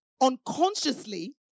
unconsciously